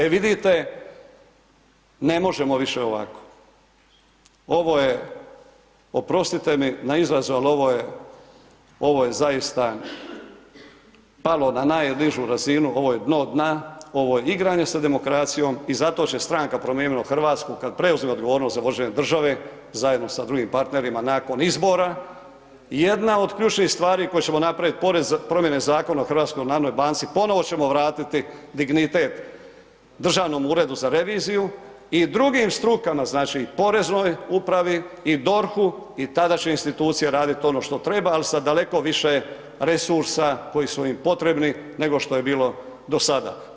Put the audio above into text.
E vidite, ne možemo više ovako, ovo je, oprostite mi na izrazu, ali ovo je zaista, palo na najnižu razinu, ovo je dno dna, ovo je igranje sa demokracijom i zato će stranka Promijenimo Hrvatsku, kada preuzme odgovornost za vođenje države, zajedno sa drugim partnerima nakon izbora, jedna od ključnih stvari koje ćemo napraviti, promjene Zakona o HNB-a ponovno ćemo vratiti dignitet Državnom uredu za reviziju i drugim strukama, znači poreznoj upravi i DORH-u i tada će institucije raditi ono što treba, ali s daleko više resursa koji su im potrebni nego što je bilo do sada.